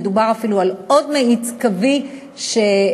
מדובר אפילו על עוד מאיץ קווי שקופת-חולים